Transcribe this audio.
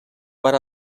per